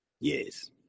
Yes